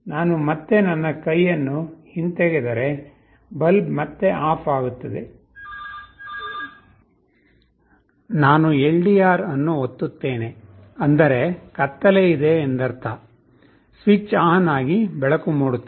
ನಾನು ಮತ್ತೆ ನನ್ನ ಕೈಯನ್ನು ಹಿಂತೆಗೆದರೆ ಬಲ್ಬ್ ಮತ್ತೆ ಆಫ್ ಆಗುತ್ತದೆ ನಾನು ಎಲ್ಡಿಆರ್ ಅನ್ನು ಒತ್ತುತ್ತೇನೆ ಅಂದರೆ ಕತ್ತಲೆ ಇದೆ ಎಂದರ್ಥ ಸ್ವಿಚ್ ಆನ್ ಆಗಿ ಬೆಳಕು ಮೂಡುತ್ತದೆ